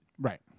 right